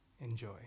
Enjoy